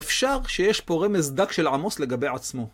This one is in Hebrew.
אפשר שיש פה רמז דק של עמוס לגבי עצמו.